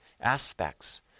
aspects